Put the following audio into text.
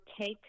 take